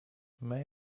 may